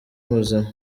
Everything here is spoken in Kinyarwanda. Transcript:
muzima